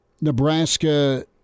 Nebraska